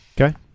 Okay